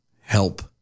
help